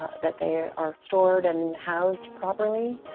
that they are stored and housed properly,